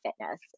fitness